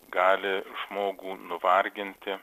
gali žmogų nuvarginti